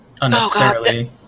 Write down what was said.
unnecessarily